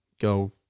go